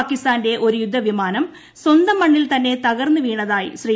പാകിസ്ഥാന്റെ ഒരു യുദ്ധവിമാനം സ്വന്തം മണ്ണിൽ തന്നെ തകർന്ന് വീണതായി ശ്രീ